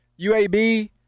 UAB